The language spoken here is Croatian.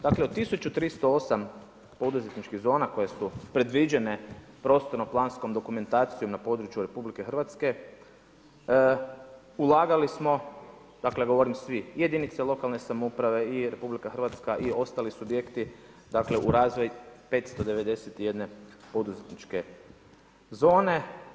Dakle od 1308 poduzetničkih zona koje su predviđene prostorno planskom dokumentacijom na području RH, ulagali smo, dakle govorim svi, jedinice lokalne samouprave i Rh i ostali subjekti u razvoj 591 poduzetničke zone.